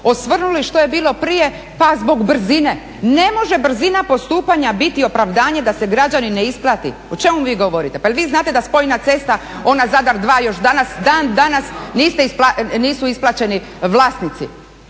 osvrnuli što je bilo prije pa zbog brzine. Ne može brzina postupanja biti opravdanje da se građanin ne isplati. O čemu vi govorite? Pa jel vi znate da … cesta ona Zadar 2 još danas, dan danas nisu isplaćeni vlasnici?